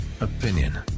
opinion